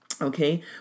Okay